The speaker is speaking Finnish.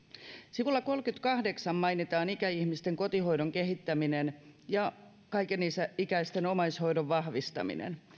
sivulla kolmeenkymmeneenkahdeksaan mainitaan ikäihmisten kotihoidon kehittäminen ja kaikenikäisten omaishoidon vahvistaminen